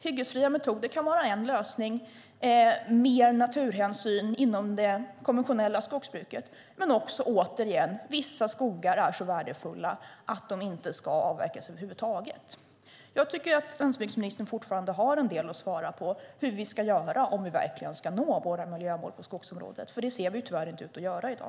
Hyggesfria metoder kan vara en lösning liksom mer naturhänsyn inom det konventionella skogsbruket. Men återigen: Vissa skogar är så värdefulla att de inte ska avverkas över huvud taget. Jag tycker att landsbygdsministern fortfarande har en del att svara på när det gäller hur vi ska göra om vi verkligen ska nå våra miljömål på skogsområdet, för det ser vi tyvärr inte ut att göra i dag.